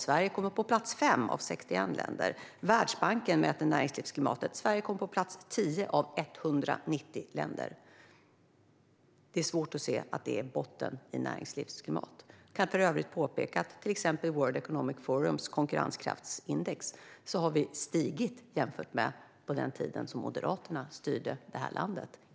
Sverige kommer där på plats 5 bland 61 länder. Världsbanken mäter näringslivsklimatet. Sverige kommer där på plats 10 bland 190 länder. Det är svårt att se att det är en bottennivå i fråga om näringslivsklimat. Jag kan för övrigt påpeka att vi i World Economic Forums konkurrenskraftsindex har flyttats upp jämfört med hur det var på den tid som Moderaterna styrde landet.